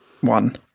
one